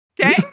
Okay